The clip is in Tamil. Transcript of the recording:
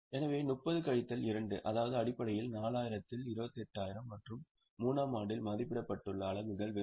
எனவே 30 கழித்தல் 2 அதாவது அடிப்படையில் 4000 இல் 28000 மற்றும் 3 ஆம் ஆண்டில் மதிப்பிடப்பட்ட அலகுகள் வெறும் 500 ஆகும்